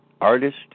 artist